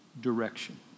Direction